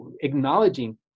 acknowledging